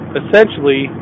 essentially